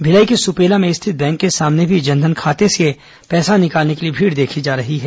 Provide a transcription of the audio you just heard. भलाई के सुपेला में स्थित बैंक के सामने भी जन धन खाते से पैसा निकालने के लिए भीड़ देखी जा रही है